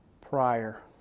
prior